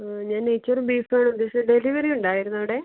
ആ ഞാൻ നെയ് ചോറും ബീഫ് ഡെലിവറി ഉണ്ടായിരുന്നോ അവിടെ